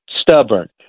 stubborn